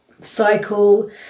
cycle